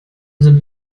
sind